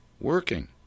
Working